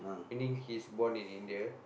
meaning he's born in India